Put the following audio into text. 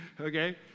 Okay